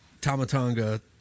tamatanga